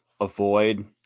avoid